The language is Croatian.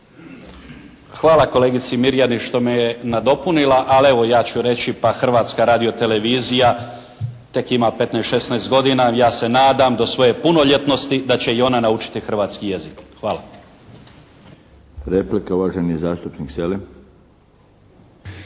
Hvala kolegici Mirjani što me je nadopunila, ali evo ja ću reći pa Hrvatska radiotelevizija tek ima 15, 16 godina. Ja se nadam do svoje punoljetnosti da će i ona naučiti hrvatski jezik. Hvala. **Milinović, Darko